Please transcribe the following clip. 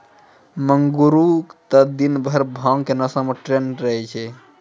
मंगरू त दिनभर भांग के नशा मॅ टुन्न रहै